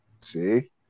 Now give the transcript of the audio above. See